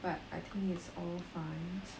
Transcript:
but I think it's all fine